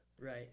right